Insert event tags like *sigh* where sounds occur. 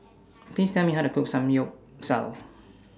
*noise* Please Tell Me How to Cook Samgyeopsal *noise*